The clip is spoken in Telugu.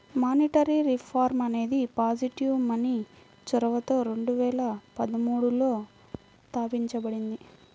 మానిటరీ రిఫార్మ్ అనేది పాజిటివ్ మనీ చొరవతో రెండు వేల పదమూడులో తాపించబడింది